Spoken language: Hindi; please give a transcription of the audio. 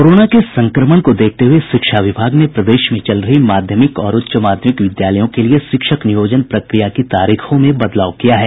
कोरोना के संक्रमण को देखते हुये शिक्षा विभाग ने प्रदेश में चल रही माध्यमिक और उच्च माध्यमिक विद्यालयों के लिये शिक्षक नियोजन प्रक्रिया की तारीखों में बदलाव किया है